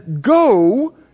go